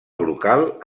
brocal